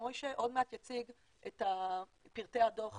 מוישה עוד מעט יציג את פרטי הדו"ח